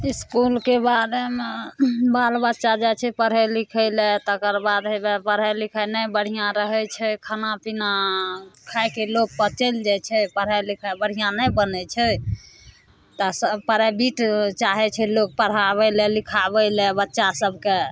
इसकुलके बारेमे बाल बच्चा जाए छै पढ़ै लिखैलए तकर बाद हेबे पढ़ाइ लिखाइ नहि बढ़िआँ रहै छै खाना पिना खाइके लोभपर चलि जाए छै पढ़ाइ लिखाइ बढ़िआँ नहि बनै छै तऽ सभ प्राइवेट चाहै छै लोक पढ़ाबैलए लिखाबैलए बच्चासभकेँ